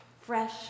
Fresh